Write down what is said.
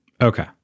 Okay